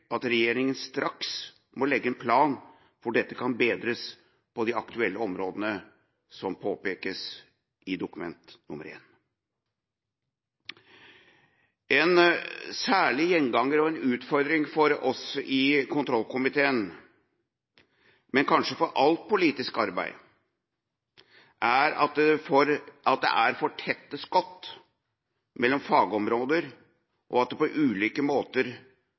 at regjeringa straks må legge en plan for hvordan dette kan bedres på de aktuelle områdene som påpekes i Dokument 1. En særlig gjenganger og en utfordring for oss i kontrollkomiteen – men kanskje for alt politisk arbeid – er at det er for tette skott mellom fagområder, og at det på ulike måter